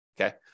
Okay